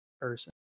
person